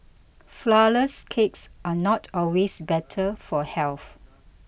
Flourless Cakes are not always better for health